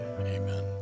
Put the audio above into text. amen